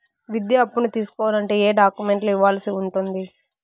విద్యా అప్పును తీసుకోవాలంటే ఏ ఏ డాక్యుమెంట్లు ఇవ్వాల్సి ఉంటుంది